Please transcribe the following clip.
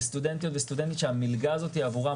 זה סטודנטיות וסטודנטים שהמלגה הזאת עבורם